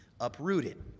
uprooted